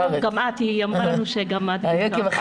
היא אמרה לנו שגם את ביקרת.